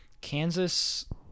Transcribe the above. Kansas